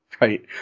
right